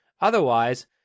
Otherwise